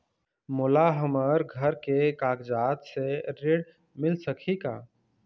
मोला हमर घर के कागजात से ऋण मिल सकही का?